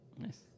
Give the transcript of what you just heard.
Nice